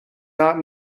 not